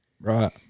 Right